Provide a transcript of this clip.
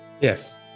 yes